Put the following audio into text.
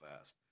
fast